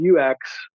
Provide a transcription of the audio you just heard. UX